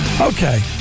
Okay